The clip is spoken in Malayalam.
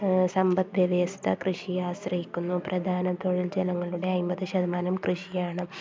സമ്പദ് വ്യവസ്ഥ കൃഷിയെ ആശ്രയിക്കുന്നു പ്രധാന തൊഴിൽ ജനങ്ങളുടെ അമ്പത് ശതമാനം കൃഷിയാണ്